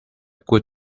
good